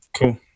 Cool